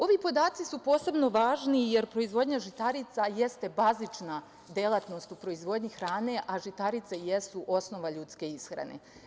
Ovi podaci su posebno važni, jer proizvodnja žitarica jeste bazična delatnost u proizvodnji hrane, a žitarice jesu osnova ljudske ishrane.